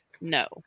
no